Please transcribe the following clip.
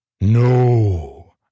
No